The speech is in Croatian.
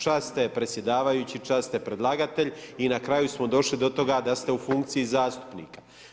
Čas ste predsjedavajući, čas ste predlagatelj i na kraju smo došli do toga da ste u funkciji zastupnika.